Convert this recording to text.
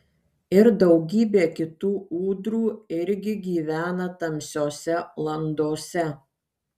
ir daugybė kitų ūdrų irgi gyvena tamsiose landose